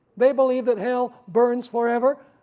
they believe that hell burns forever.